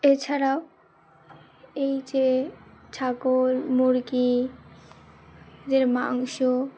এছাড়াও এই যে ছাগল মুরগি যে মাংস